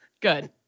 good